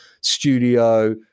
studio